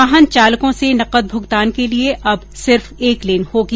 वाहन चालकों से नगद भुगतान के लिए अब सिर्फ एक लेन होगी